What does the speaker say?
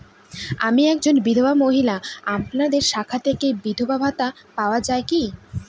আমি একজন বিধবা মহিলা আপনাদের শাখা থেকে বিধবা ভাতা পাওয়া যায় কি?